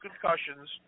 concussions